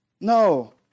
No